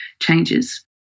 changes